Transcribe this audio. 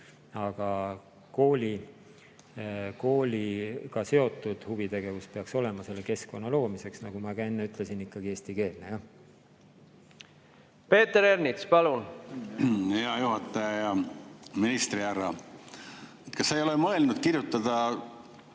Aga kooliga seotud huvitegevus peaks olema selle keskkonna loomiseks, nagu ma enne ütlesin, ikkagi eestikeelne, jah. Peeter Ernits, palun! Hea juhataja! Hea ministrihärra! Kas sa ei ole mõelnud kirjutada